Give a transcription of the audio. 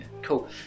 Cool